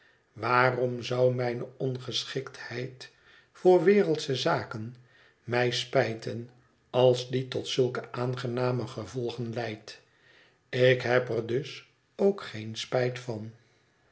waarom zou mijne ongeschiktheid voor wereldsche zaken mij spijten als die tot zulke aangename gevolgen leidt ik heb er dus ook geen spijt van